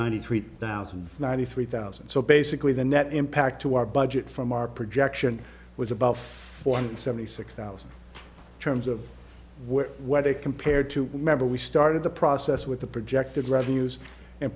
and three thousand and ninety three thousand so basically the net impact to our budget from our projection was about four hundred seventy six thousand terms of where they compared to remember we started the process with the projected revenues and